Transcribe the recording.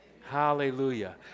Hallelujah